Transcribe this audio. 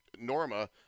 Norma